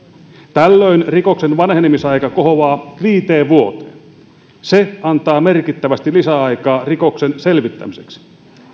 tällöin rikoksen vanhenemisaika kohoaa viiteen vuoteen se antaa merkittävästi lisäaikaa rikoksen selvittämiseksi